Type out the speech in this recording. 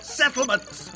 settlements